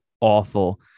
awful